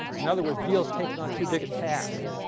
in other words, biele is taking on too big a task.